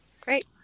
Great